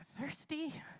thirsty